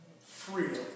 Freedom